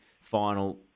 final